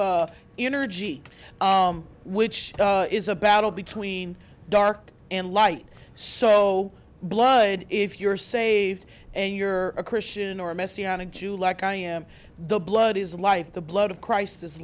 of energy which is a battle between dark and light so bloody if you're saved and you're a christian or a messianic jew like i am the blood is life the blood of chris